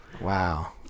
Wow